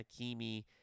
Hakimi